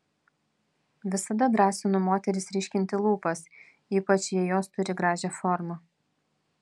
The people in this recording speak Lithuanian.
visada drąsinu moteris ryškinti lūpas ypač jei jos turi gražią formą